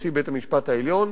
כנשיא בית-המשפט העליון,